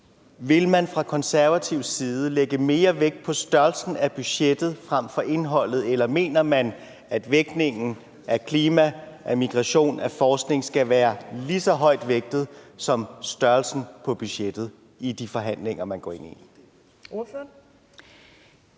Vil man fra konservativ side lægge mere vægt på størrelsen af budgettet end på indholdet, eller mener man, at vægtningen af klima, af migration, af forskning skal være lige så højt vægtet som størrelsen på budgettet i de forhandlinger, man går ind i? Kl.